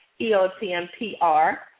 E-O-T-M-P-R